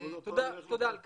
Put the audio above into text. תודה על כך.